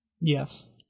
Yes